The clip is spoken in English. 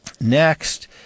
Next